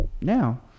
now